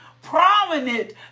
prominent